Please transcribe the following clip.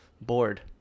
bored